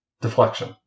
deflection